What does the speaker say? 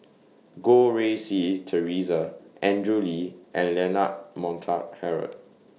Goh Rui Si Theresa Andrew Lee and Leonard Montague Harrod